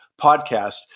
podcast